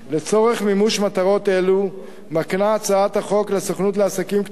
לצורך מימוש מטרות אלו מקנה הצעת החוק לסוכנות לעסקים קטנים